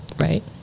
right